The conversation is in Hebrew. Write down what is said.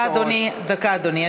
דקה, אדוני, דקה, אדוני.